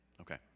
Okay